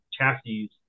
chassis